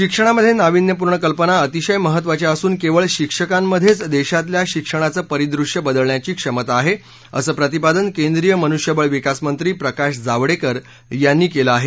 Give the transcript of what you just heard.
शिक्षणामध्ये नावीन्यपूर्ण कल्पना अतिशय महत्त्वाच्या असून केवळ शिक्षकांमध्येच देशातल्या शिक्षणाचं परिदृश्य बदलण्याची क्षमता आहे असं प्रतिपादन केंद्रीय मनुष्यबळ विकासमंत्री प्रकाश जावडेकर यांनी केलं आहे